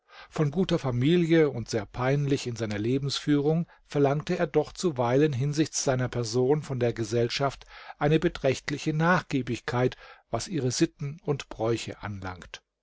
von guter familie und sehr peinlich in seiner lebensführung verlangte er doch zuweilen hinsichts seiner person von der gesellschaft eine beträchtliche nachgiebigkeit was ihre sitten und bräuche anlangt